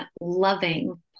loving